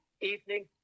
evening